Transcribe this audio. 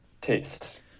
tastes